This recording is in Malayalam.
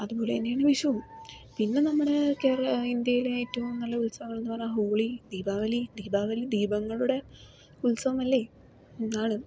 അതുപോലെ തന്നെയാണ് വിഷുവും പിന്നെ നമ്മുടെ കേരള ഇന്ത്യയിലെ ഏറ്റവും നല്ല ഉത്സവം എന്ന് പറഞ്ഞാൽ ഹോളി ദീപാവലി ദീപാവലി ദീപങ്ങളുടെ ഉത്സവം അല്ലേ എന്നാണ്